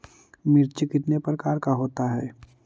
मिर्ची कितने प्रकार का होता है?